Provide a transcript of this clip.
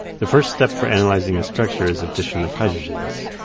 the first step for analyzing a structure is addition of hydrogens.